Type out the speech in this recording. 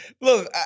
Look